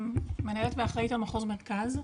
מנהלת ואחראית על מחוז מרכז,